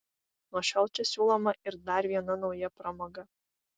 nuo šiol čia siūloma ir dar viena nauja pramoga